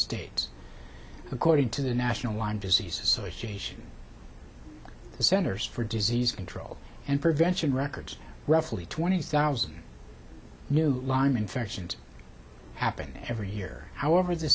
states according to the national one disease association the centers for disease control and prevention records roughly twenty thousand new line infections happen every year however the